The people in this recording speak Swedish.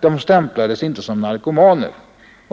De stämplades inte som narkomaner. ———